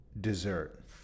dessert